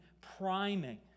priming